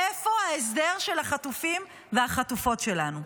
איפה ההסדר של החטופים והחטופות שלנו?